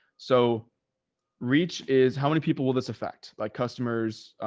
so reach is how many people will this affect like customers,